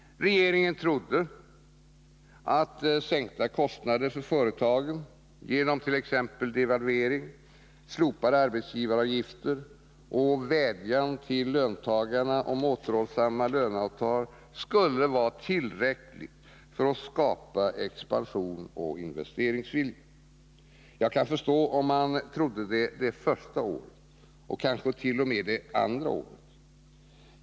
Regeringen trodde att sänkta kostnader för företagen genom t.ex. devalveringar, slopade arbetsgivaravgifter och vädjanden till löntagarna om återhållsamma löneavtal skulle vara tillräckligt för att skapa expansion och investeringsvilja. Jag kan förstå om man trodde det första året, och kanske t. o .m. andra året.